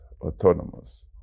autonomous